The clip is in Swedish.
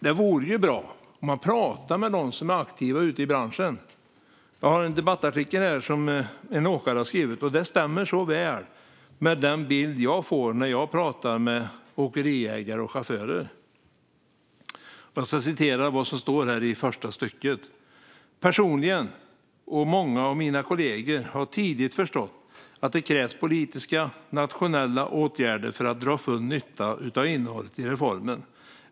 Det vore bra om man pratade med dem som är aktiva i branschen. Jag har en debattartikel här som en åkare har skrivit, och det stämmer så väl med den bild jag får när jag pratar med åkeriägare och chaufförer. Jag citerar vad som står i första stycket: "Personligen, och många av mina kollegor, har tidigt förstått att det krävs politiska, nationella åtgärder för att dra full nytta av innehållet i 'reformen'.